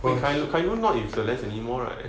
well kai lun not with celeste anymore right